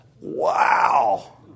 Wow